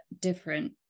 different